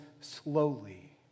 slowly